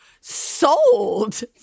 Sold